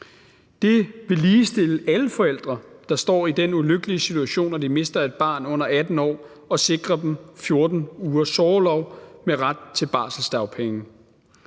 Det vil ligestille alle forældre, der står i den ulykkelige situation, at de mister et barn under 18 år, og sikre dem 14 ugers sorgorlov med ret til barselsdagpenge.